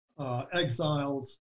exiles